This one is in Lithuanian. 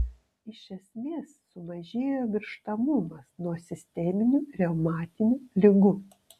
iš esmės sumažėjo mirštamumas nuo sisteminių reumatinių ligų